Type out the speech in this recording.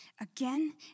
Again